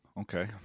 Okay